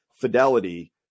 fidelity